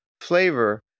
flavor